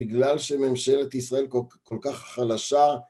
בגלל שממשלת ישראל כל כך חלשה